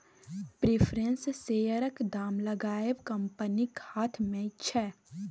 preference शेयरक दाम लगाएब कंपनीक हाथ मे छै